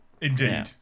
Indeed